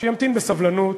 שימתין בסבלנות,